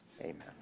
Amen